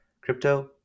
crypto